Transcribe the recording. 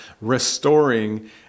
restoring